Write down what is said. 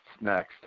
next